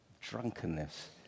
drunkenness